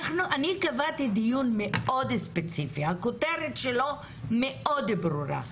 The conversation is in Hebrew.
אני קבעתי דיון מאוד ספציפי שכותרתו מאוד ברורה,